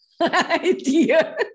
idea